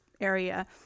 area